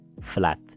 Flat